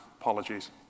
apologies